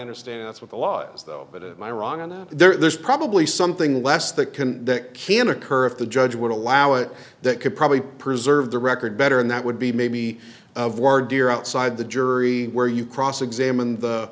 understand what the law is though but my wrong on that there's probably something less that can that can occur if the judge would allow it that could probably preserve the record better and that would be maybe of war dear outside the jury where you cross examine the